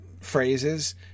phrases